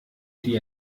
die